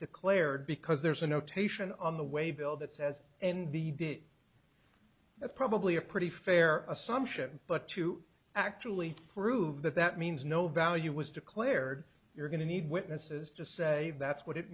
declared because there's a notation on the way bill that says in the bid that's probably a pretty fair assumption but to actually prove that that means no value was declared you're going to need witnesses to say that's what it